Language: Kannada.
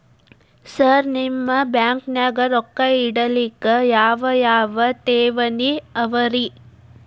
ಸರ್ ನಿಮ್ಮ ಬ್ಯಾಂಕನಾಗ ರೊಕ್ಕ ಇಡಲಿಕ್ಕೆ ಯಾವ್ ಯಾವ್ ಠೇವಣಿ ಅವ ರಿ?